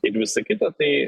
ir visa kita tai